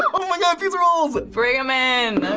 um oh my god, pizza rolls. bring em in.